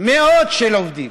מאות של עובדים.